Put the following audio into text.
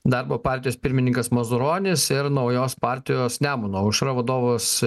darbo partijos pirmininkas mazuronis ir naujos partijos nemuno aušra vadovas